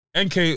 NK